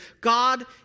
God